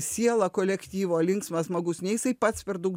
siela kolektyvo linksmas žmogus nei jisai pats per daug